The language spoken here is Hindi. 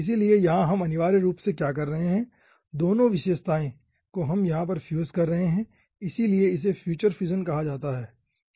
इसलिए यहां हम अनिवार्य रूप से क्या कर रहे हैं दोनों विशेषताएं को हम यहां पर फ्यूज कर रहे हैं इसलिए इसे फ्यूचर फ्यूजन कहा जाता है